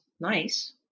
nice